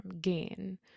gain